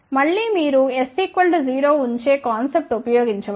మళ్ళీ మీరు s0 ఉంచే కాన్సెప్ట్ ఉపయోగించవచ్చు